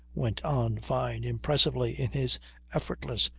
went on fyne impressively in his effortless,